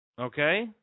Okay